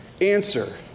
Answer